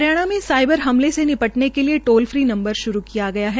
हरियाणा में सायबर हमले से निपटने के लिए टाल फ्री नंबर श्रू किया गया है